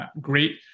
great